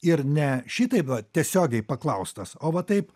ir ne šitaip va tiesiogiai paklaustas o va taip